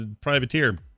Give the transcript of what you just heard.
privateer